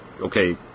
okay